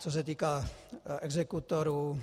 Co se týká exekutorů.